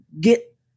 get